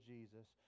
Jesus